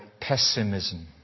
pessimism